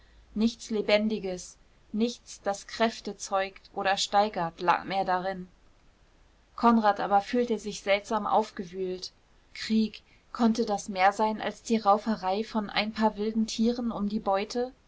nichts lebendiges nichts das kräfte zeugt oder steigert lag mehr darin konrad aber fühlte sich seltsam aufgewühlt krieg konnte das mehr sein als die rauferei von ein paar wilden tieren um die beute